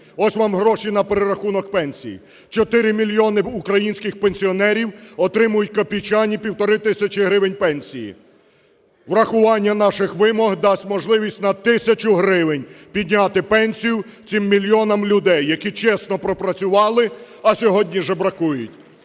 Ось вам гроші на перерахунок пенсій. 4 мільйони українських пенсіонерів отримують копійчані півтори тисячі гривень пенсії. Врахування наших вимог дасть можливість на тисячу гривень підняти пенсію цим мільйонам людей, які чесно пропрацювали, а сьогодні жебракують.